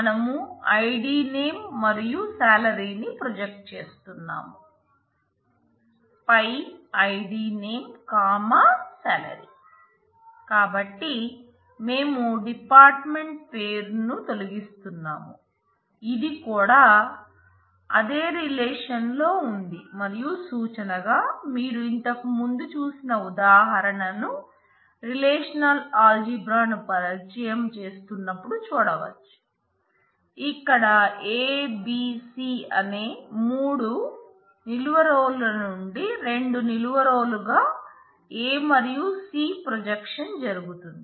కాబట్టి మేము డిపార్ట్మెంట్ పేరుల నుండి రెండు నిలువు రో లు గా A మరియు C ప్రొజెక్షన్ జరుగుతుంది